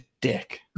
dick